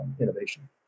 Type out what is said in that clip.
innovation